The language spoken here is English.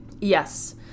Yes